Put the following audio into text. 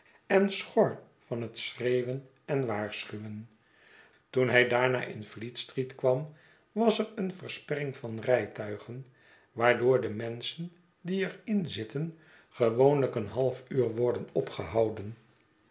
en schor van het schreeuwen en waarschuwen toen hij daarna in fleet street kwam was er een versperring van rijtuigen waardoor de menschen die er in zitten ge wopnlijk een half uur worden opgehouden